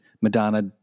Madonna